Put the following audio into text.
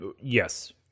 Yes